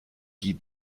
die